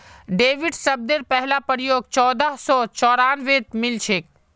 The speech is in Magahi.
डेबिट शब्देर पहला प्रयोग चोदह सौ चौरानवेत मिलछेक